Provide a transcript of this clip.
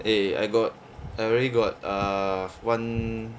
eh I got I already got err one